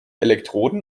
elektroden